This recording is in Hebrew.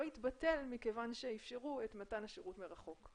יתבטל מכיוון שאפשרו את מתן השירות מרחוק.